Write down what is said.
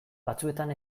batzuetan